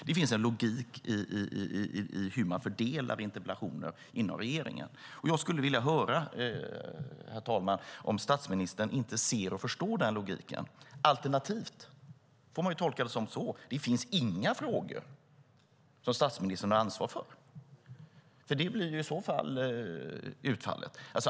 Det finns en logik i hur man fördelar interpellationer inom regeringen. Jag skulle vilja höra, herr talman, om statsministern inte ser och förstår den logiken. Alternativt får man tolka det så att det inte finns några frågor som statsministern har ansvar för. Det blir i så fall utfallet.